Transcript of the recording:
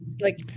like-